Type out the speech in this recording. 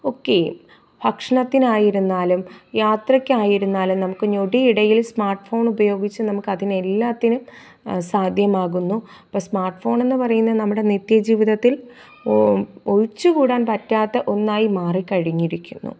ഒക്കെയും ഭക്ഷണത്തിനായിരുന്നാലും യാത്രക്കായിരുന്നാലും നമുക്ക് ഞൊടിയിടയിൽ സ്മാർട്ട് ഫോണുപയോഗിച്ച് നമുക്കെല്ലാത്തിനും സാധ്യമാക്കുന്നു അപ്പം സ്മാർട്ട് ഫോണെന്ന് പറയുന്ന നമ്മുടെ നിത്യജീവിതത്തിൽ ഒഴിച്ച് കൂടാൻ പറ്റാത്ത ഒന്നായി മാറിക്കഴിഞ്ഞിരിക്കുന്നു